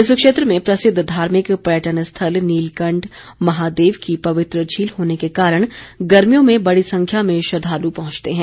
इस क्षेत्र में प्रसिद्ध धार्मिक पर्यटन स्थल नीलकंठ महादेव की पवित्र झील होने के कारण गर्मियों में बड़ी संख्या में श्रद्वालु पहुंचते हैं